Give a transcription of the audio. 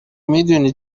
میدونی